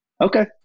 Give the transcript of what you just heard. Okay